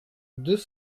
deux